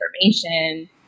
information